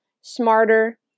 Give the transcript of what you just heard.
smarter